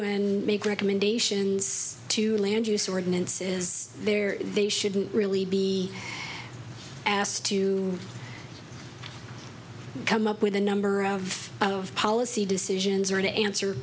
and make recommendations to land use ordinance is there they shouldn't really be asked to come up with a number of out of policy decisions or to answer